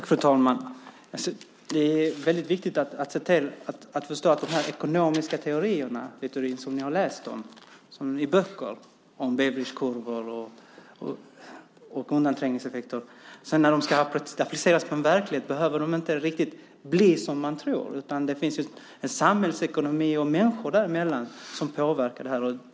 Fru talman! Det är väldigt viktigt att förstå att de ekonomiska teorierna, Littorin, som ni har läst om i böcker - Beveridgekurvor och undanträngningseffekter - sedan när de ska appliceras på verkligheten inte riktigt behöver bli som man tror. Det finns samhällsekonomi och människor däremellan som påverkar.